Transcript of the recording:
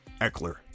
Eckler